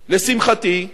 לשמחתי.